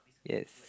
yes